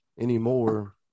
anymore